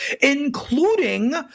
including